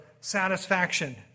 satisfaction